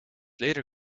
later